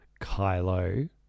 kylo